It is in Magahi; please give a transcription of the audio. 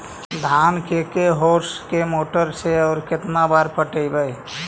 धान के के होंस के मोटर से औ के बार पटइबै?